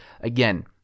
Again